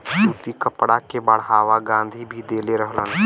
सूती कपड़ा के बढ़ावा गाँधी भी देले रहलन